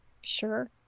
Sure